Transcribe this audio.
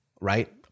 Right